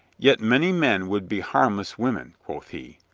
yet many men would be harmless women, quoth he.